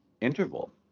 interval